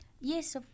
yes